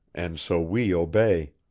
and so we obey.